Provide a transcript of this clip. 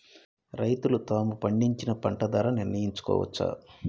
రైతులు తాము పండించిన పంట ధర నిర్ణయించుకోవచ్చా?